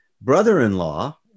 brother-in-law